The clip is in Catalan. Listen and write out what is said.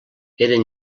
eren